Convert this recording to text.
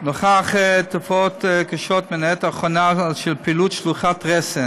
נוכח תופעות קשות מן העת האחרונה של פעילות שלוחת רסן